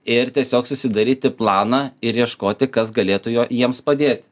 ir tiesiog susidaryti planą ir ieškoti kas galėtų jo jiems padėti